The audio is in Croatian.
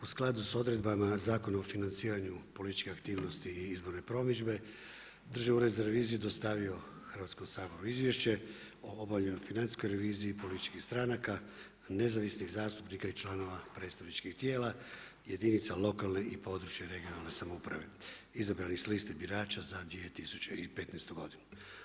U skladu s odredbama Zakona o financiranju političkih aktivnosti i izborne promidžbe, Državni red za reviziju je dostavio Hrvatskom saboru izvješće o obavljenoj financijskoj reviziji političkih stranaka, nezavisnih zastupnika i članova predstavničkih tijela, jedinica lokalne i područne (regionalne) samouprave izabrani s liste birača za 2015. godinu.